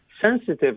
sensitive